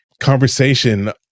conversation